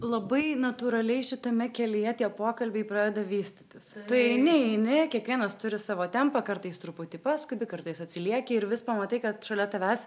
labai natūraliai šitame kelyje tie pokalbiai pradeda vystytis tu eini eini kiekvienas turi savo tempą kartais truputį paskubi kartais atsilieki ir vis pamatai kad šalia tavęs